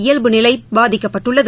இயல்புநிலை பாதிக்கப்பட்டுள்ளது